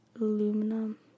aluminum